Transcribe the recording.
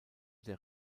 der